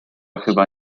chyba